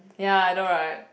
ya I know right